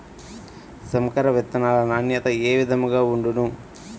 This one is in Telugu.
సంకర విత్తనాల నాణ్యత ఏ విధముగా ఉండును?